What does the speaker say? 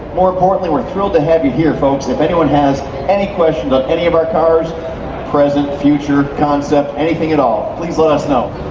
more importantly, we're thrilled to have you here, folks, and if anyone has any questions on any of our cars present, future, concept, anything at all please let us know.